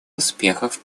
успехов